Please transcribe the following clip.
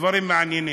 ודברים מעניינים.